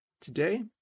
Today